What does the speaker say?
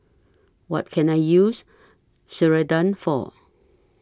What Can I use Ceradan For